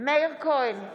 מאיר כהן,